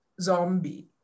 zombie